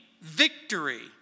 Victory